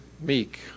meek